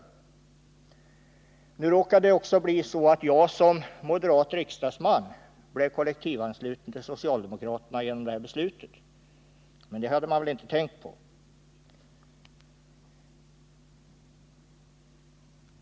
Förbud mot kol Nu råkade det också bli så, att jag som moderat riksdagsman blev lektivanslutning kollektivansluten till socialdemokraterna genom det här beslutet — det hade —;; politiskt parti man väl inte tänkt på.